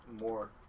more